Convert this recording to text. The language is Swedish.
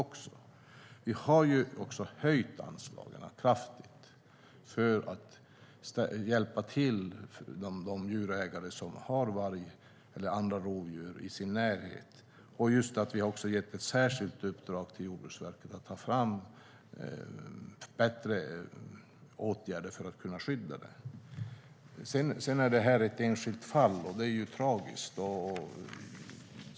Vi har höjt anslagen kraftigt för att hjälpa de djurägare som har varg eller andra rovdjur i sin närhet. Vi har också gett ett särskilt uppdrag till Jordbruksverket att ta fram bättre åtgärder för att skydda boskapen. Det enskilda fallet är tragiskt.